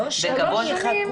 שלוש שנים?